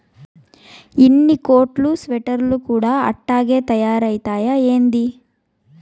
ఉన్ని కోట్లు స్వెటర్లు కూడా అట్టాగే తయారైతయ్యా ఏంది